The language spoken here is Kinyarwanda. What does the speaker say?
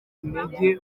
intege